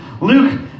Luke